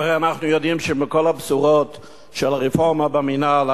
והרי אנחנו יודעים שמכל הבשורות של הרפורמה במינהל,